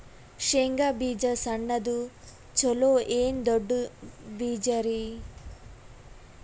ಶೇಂಗಾ ಬೀಜ ಸಣ್ಣದು ಚಲೋ ಏನ್ ದೊಡ್ಡ ಬೀಜರಿ?